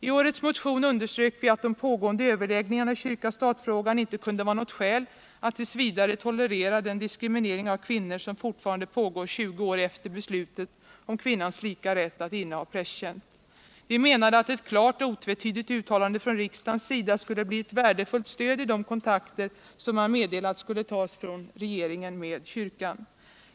I årets motion underströk vi att de pågående överläggningarna i kyrka-statfrågan inte kunde vara något skäl att t. v. tolerera den diskriminering av kvinnor som fortfarande pågår 20 år efter beslutet om kvinnans lika rätt att inneha prästtjänst. Vi menade att ett klart och otvetydigt uttalande från riksdagens sida skulle bli ett värdefullt stöd ide kontakter som man meddelat skulle tas från regeringen med kyrkan.